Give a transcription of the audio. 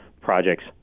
projects